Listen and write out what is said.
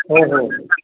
हो हो हो